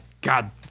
God